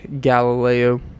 Galileo